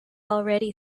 already